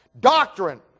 Doctrine